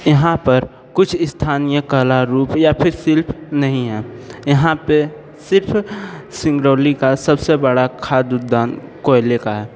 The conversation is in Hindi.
यहाँ पर कुछ स्थानीय कला रूप या फिर शिल्प नहीं हैं यहाँ पर सिर्फ़ सिंगरौली का सबसे बड़ा खाद उद्यान कोयले का है